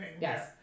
yes